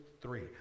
three